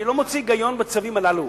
אני לא מוצא היגיון בצווים הללו.